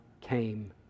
came